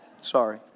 sorry